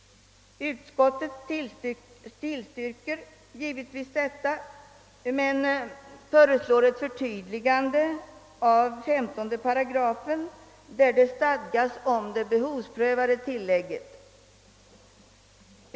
Utskottet tillstyrker givetvis detta förslag men föreslår ett förtydligande i 15 § där det stadgas om det behovsprövade tillägget.